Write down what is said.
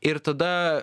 ir tada